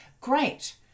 great